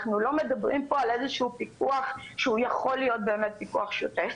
אנחנו לא מדברים על איזשהו פיקוח שיכול להיות פיקוח שוטף,